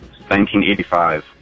1985